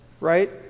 Right